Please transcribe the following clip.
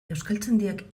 euskaltzaindiak